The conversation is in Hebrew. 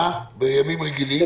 בימים רגילים?